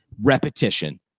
repetition